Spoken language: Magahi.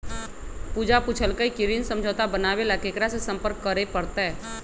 पूजा पूछल कई की ऋण समझौता बनावे ला केकरा से संपर्क करे पर तय?